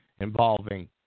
involving